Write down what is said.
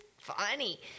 funny